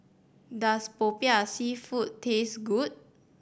does Popiah Seafood taste good